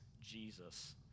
Jesus